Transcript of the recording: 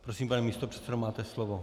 Prosím, pane místopředsedo, máte slovo.